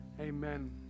amen